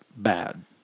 bad